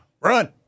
run